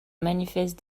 manifest